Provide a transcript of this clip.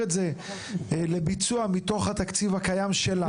את זה לביצוע מתוך התקציב הקיים שלנו".